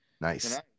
Nice